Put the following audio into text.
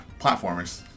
platformers